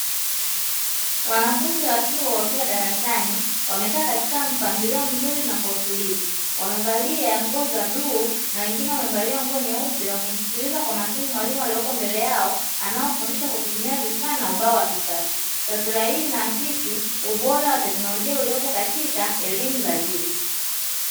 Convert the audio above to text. Wanafunzi wa chuo wakiwa darasani wakaa katika mpangilio mzuri na kwa utulivu wamevalia nguo za bluu wa wengine wamevalia nguo nyeupe. Wakimsikiliza kwa makini mwalimu alieko mbele yao anawafundisha kwa kutumia vifaa na ubao wa klisasa. Taswira hii iinaakisi ubora wa teknolojia uliopo katika elimu za juu.